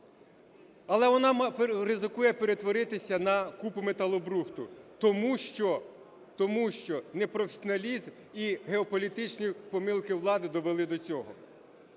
Але вона ризикує перетворитися на купу металобрухту, тому що непрофесіоналізм і геополітичні помилки влади довели до цього.